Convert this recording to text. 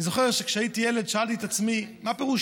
אני זוכר שכשהייתי ילד שאלתי את עצמי מה פירוש